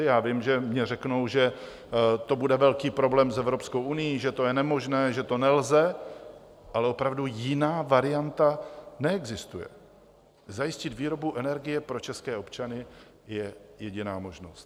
Já vím, že mně řeknou, že to bude velký problém s Evropskou unií, že to je nemožné, že to nelze, ale opravdu jiná varianta neexistuje zajistit výrobu energie pro české občany je jediná možnost.